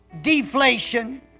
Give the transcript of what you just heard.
deflation